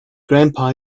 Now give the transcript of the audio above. grandpa